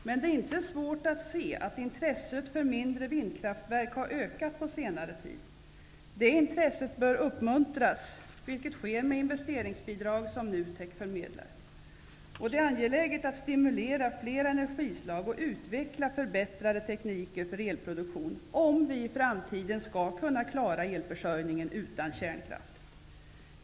Men det är inte svårt att se att intresset för mindre vindkraftverk har ökat på senare tid. Det intresset bör uppmuntras, vilket sker genom investeringsbidrag som NUTEK förmedlar. Det är angeläget att stimulera fler energislag och att utveckla förbättrade tekniker för elproduktion, om vi i framtiden skall kunna klara elförsörjningen utan kärnkraft.